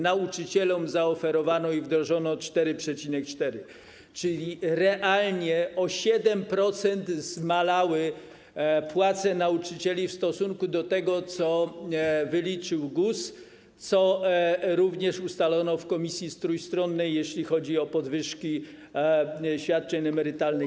Nauczycielom zaoferowano i wdrożono 4,4, czyli realnie o 7% zmalały płace nauczycieli w stosunku do tego, co wyliczył GUS i co również ustalono w Komisji Trójstronnej, jeśli chodzi o podwyżki świadczeń emerytalnych.